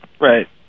Right